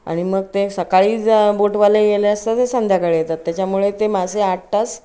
आणि मग ते सकाळी जर बोटवाले येत असतात ते संध्याकाळी येतात त्याच्यामुळे ते मासे आठ तास